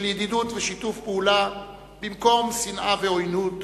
ידידות ושיתוף פעולה במקום שנאה ועוינות,